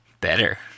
Better